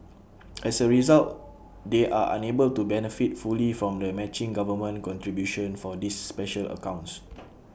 as A result they are unable to benefit fully from the matching government contribution for these special accounts